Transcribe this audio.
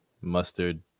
Mustard